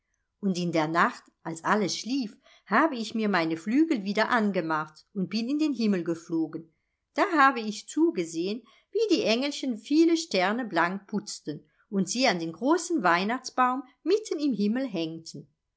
und in der nacht als alles schlief habe ich mir meine flügel wieder angemacht und bin in den himmel geflogen da habe ich zugesehen wie die engelchen viele sterne blank putzten und sie an den großen weihnachtsbaum mitten im himmel hängten